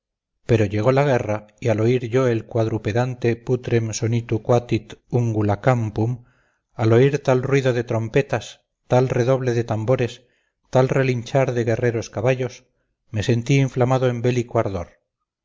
pero llegó la guerra y al oír yo el quadrupedante putrem sonitu quatit ungula campum al oír tal ruido de trompetas tal redoble de tambores tal relinchar de guerreros caballos me sentí inflamado en